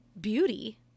beauty